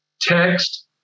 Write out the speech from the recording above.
text